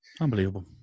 unbelievable